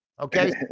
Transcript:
Okay